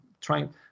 trying